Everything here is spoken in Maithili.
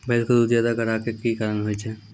भैंस के दूध ज्यादा गाढ़ा के कि कारण से होय छै?